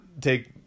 take